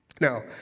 Now